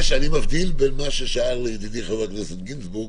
אני מבדיל בין מה ששאל ידידי חבר הכנסת גינזבורג